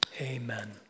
Amen